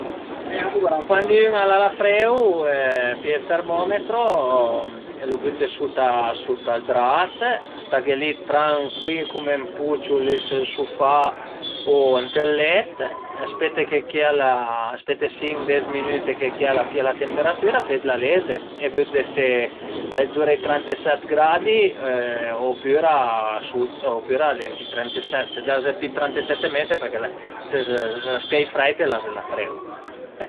E alura cuandi ün al a la freu pìe ël termometro e lu büte sut al bras, staghe li trancuil cume ën puciu li sël sofà o ënt ël let, spete che chiel, spete sinc u des minüte che chiel a pìa la temperatüra e pöi t'la leze e vëdde se al e zura ai tranteset gradi opüra su opüra s'al e ënt i tranteset, se las pi dë tranteset e mes al e përché l'as pìà freit e l'as la freu